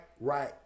right